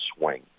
swing